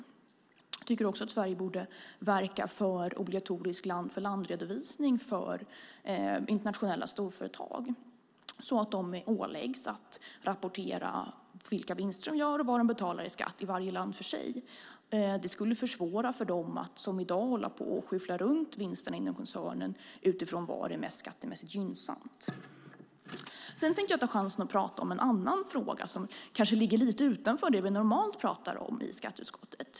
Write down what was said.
Jag tycker också att Sverige borde verka för obligatorisk land-för-land-redovisning för internationella storföretag så att de åläggs att rapportera vilka vinster de gör och vad de betalar i skatt i varje land för sig. Det skulle försvåra för dem att som i dag hålla på att skyffla runt vinsterna inom koncernen utifrån var det är mest skattemässigt gynnsamt. Sedan tänkte jag ta chansen att prata om en annan fråga som kanske ligger lite utanför det vi normalt pratar om i skatteutskottet.